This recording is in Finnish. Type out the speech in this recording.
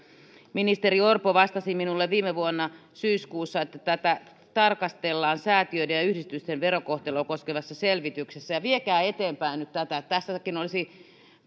ministeri orpo vastasi minulle viime vuonna syyskuussa että tätä tarkastellaan säätiöiden ja yhdistysten verokohtelua koskevassa selvityksessä viekää nyt eteenpäin tätä tässäkin olisi